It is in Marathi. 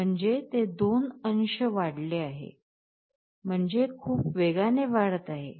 म्हणजे ते 2 अंश वाढले आहे म्हणजे खूप वेगाने वाढत आहे